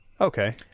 Okay